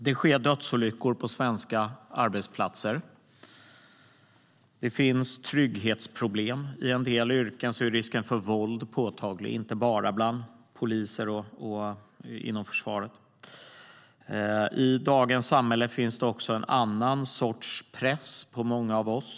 Det sker dödsolyckor på svenska arbetsplatser. Det finns trygghetsproblem. I en del yrken är risken för våld påtaglig, inte bara bland poliser och inom försvaret. I dagens samhälle finns det också en annan sorts press på många av oss.